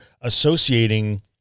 associating